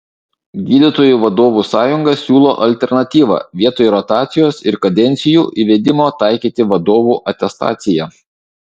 gydytojų vadovų sąjunga siūlo alternatyvą vietoj rotacijos ir kadencijų įvedimo taikyti vadovų atestaciją